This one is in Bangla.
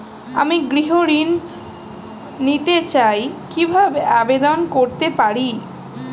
আমি গৃহ ঋণ নিতে চাই কিভাবে আবেদন করতে পারি?